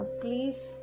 please